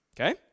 okay